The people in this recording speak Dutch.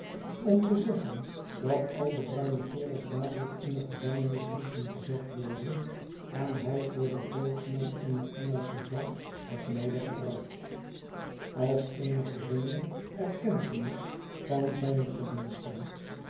om te zeggen dat al de bruine kerels dadelijk in de gevangenis moesten gezet worden en hij voor den bootsman eene engelsche vlag had medegebracht als eene geringe erkentenis van zijne verdiensten